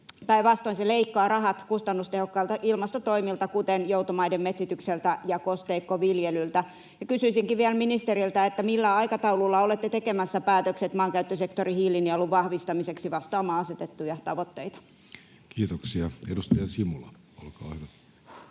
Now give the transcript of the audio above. Päinvastoin, se leikkaa rahat kustannustehokkailta ilmastotoimilta kuten joutomaiden metsitykseltä ja kosteikkoviljelyltä. Kysyisinkin vielä ministeriltä: millä aikataululla olette tekemässä päätökset maankäyttösektorin hiilinielun vahvistamiseksi vastaamaan asetettuja tavoitteita? [Speech 330] Speaker: